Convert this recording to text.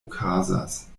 okazas